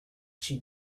she